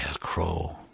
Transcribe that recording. crow